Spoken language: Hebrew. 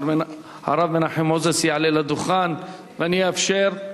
הרב מנחם מוזס יעלה לדוכן, ואני אאפשר,